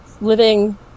living